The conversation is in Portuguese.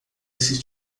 esse